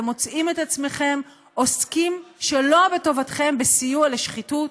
ומוצאים את עצמכם עוסקים שלא בטובתכם בסיוע לשחיתות,